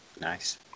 Nice